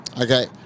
okay